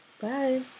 Bye